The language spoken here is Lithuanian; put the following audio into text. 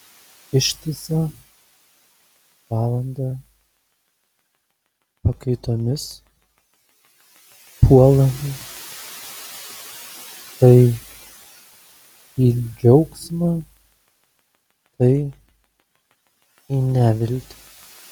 ištisą valandą pakaitomis puolame tai į džiaugsmą tai į neviltį